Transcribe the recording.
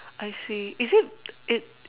I see is it it